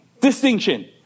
distinction